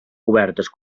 cobertes